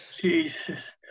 Jesus